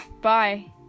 Bye